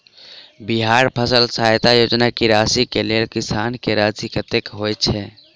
बिहार फसल सहायता योजना की राशि केँ लेल किसान की राशि कतेक होए छै?